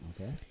okay